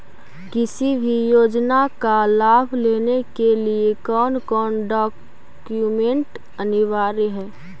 किसी भी योजना का लाभ लेने के लिए कोन कोन डॉक्यूमेंट अनिवार्य है?